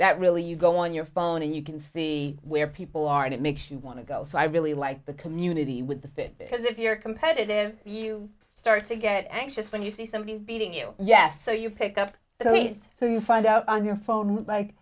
that really you go on your phone and you can see where people are and it makes you want to go so i really like the community with the fit because if you're competitive you start to get anxious when you see somebody is beating you yeth so you pick up so it's so you find out on your phone